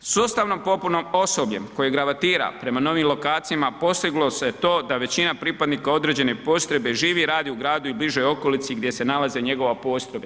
Sustavnom popunom osobljem koji gravitira prema novim lokacijama postiglo se to da većina pripadnika određene postrojbe živi i radi u gradu ili bližoj okolici gdje se nalaze njegove postrojbe.